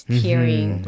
hearing